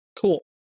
Cool